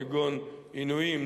כגון עינויים,